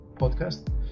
podcast